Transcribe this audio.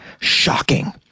Shocking